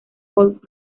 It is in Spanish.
folk